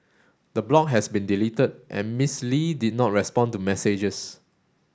the blog has been deleted and Miss Lee did not respond to messages